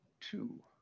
two